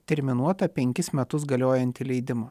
terminuotą penkis metus galiojantį leidimą